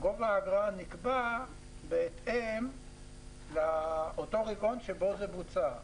גובה האגרה נקבע בהתאם לאותו הרבעון שבו זה בוצע.